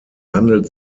handelt